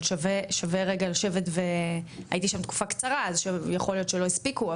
אבל שווה רגע לשבת והייתי שם תקופה קצרה אז יכול להיות שלא הספיקו,